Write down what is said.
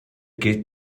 gilt